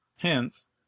Hence